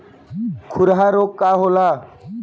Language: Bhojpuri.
खुरहा रोग का होला?